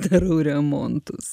darau remontus